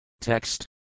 Text